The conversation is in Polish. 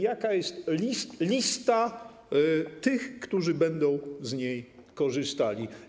Jaka jest lista tych, którzy będą z niej korzystali?